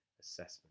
assessment